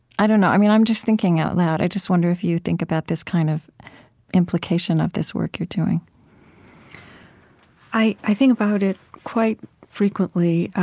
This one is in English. i don't know, i'm just thinking out loud. i just wonder if you think about this kind of implication of this work you're doing i i think about it quite frequently,